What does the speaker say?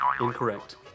Incorrect